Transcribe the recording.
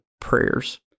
prayers